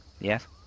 Yes